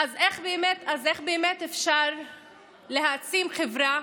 איך באמת אפשר להעצים חברה,